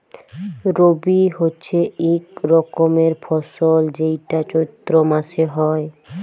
রবি হচ্যে এক রকমের ফসল যেইটা চৈত্র মাসে হ্যয়